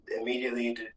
immediately